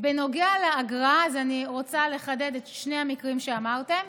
בנוגע לאגרה, אני רוצה לחדד את שני המקרים שאמרתם: